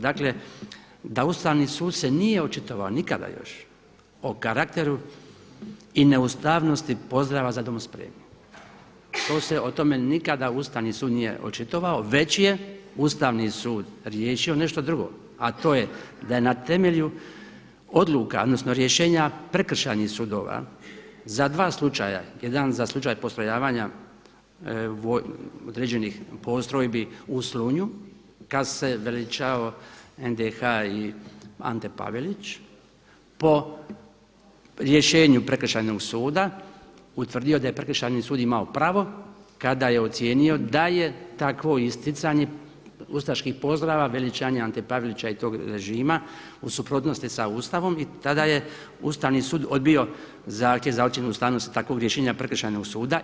Dakle da Ustavni sud se nije očitovao nikada još o karakteru i neustavnosti pozdrava „za dom spremni“, to se o tome nikada Ustavni sud nije očitovao već je Ustavni sud riješio nešto drugo a to je da je na temelju odluka, odnosno rješenja prekršajnih sudova, za dva slučaja, jedan za slučaj postrojavanja određenih postrojbi u Slunju kada se veličao NDH i Ante Pavelić, po rješenju prekršajnog suda utvrdio da je prekršajni sud imao pravo kada je ocijenio da je takvo isticanje ustaških pozdrava, veličanje Ante Pavelića i tog režima u suprotnosti sa Ustavom i tada je Ustavni sud odbio zahtjev za ocjenom ustavnosti takvog rješenja prekršajnog suda.